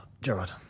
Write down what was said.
Gerard